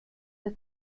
der